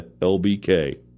LBK